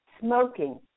smoking